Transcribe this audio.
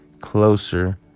closer